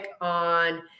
on